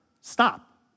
stop